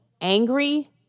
angry